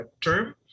term